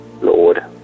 Lord